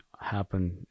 happen